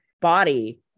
body